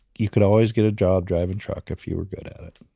you could always get a job driving truck if you were good at it.